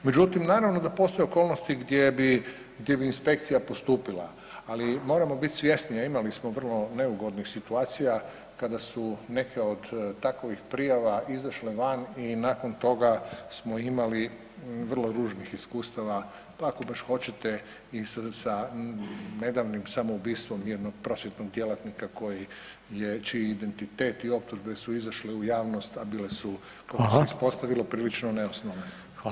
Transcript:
Međutim, naravno da postoje okolnosti gdje bi, gdje bi inspekcija postupila, ali moramo bit svjesni, a imali smo vrlo neugodnih situacija kada su neke od takovih prijava izašle van i nakon toga smo imali vrlo ružnih iskustava, pa ako baš hoćete i sa nedavnim samoubistvom jednog prosvjetnog djelatnika koji je, čiji identitet i optužbe su izašle u javnost, a bile su kako se ispostavilo prilično neosnovane.